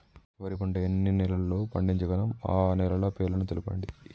వరి పంట ఎన్ని నెలల్లో పండించగలం ఆ నెలల పేర్లను తెలుపండి?